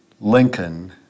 Lincoln